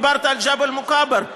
דיברת על ג'בל מוכבר.